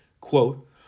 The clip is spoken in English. quote